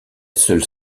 seule